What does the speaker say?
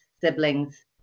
siblings